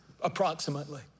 approximately